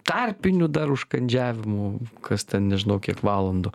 tarpinių dar užkandžiavimų kas ten nežinau kiek valandų